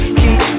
keep